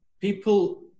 People